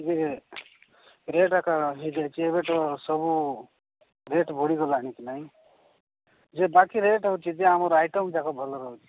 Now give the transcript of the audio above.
ଯେ ରେଟ୍ ଏକା ହୋଇଯାଇଛି ଏବେ ତ ସବୁ ରେଟ୍ ବଢ଼ିଗଲାଣି ନାହିଁ ଯେ ବାକି ରେଟ୍ ହେଉଛି ଯେ ଆମର ଆଇଟମ୍ ଯାକ ଭଲ ରହୁଛି